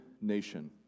nation